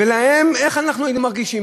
איך היינו מרגישים?